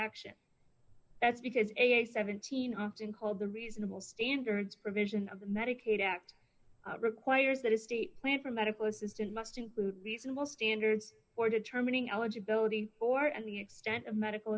action that's because a seventeen often called the reasonable standards provision of the medicaid act requires that estate plan for medical assistance must include reasonable standards for determining eligibility for and the extent of medical